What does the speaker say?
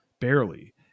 barely